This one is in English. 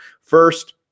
First